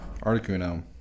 Articuno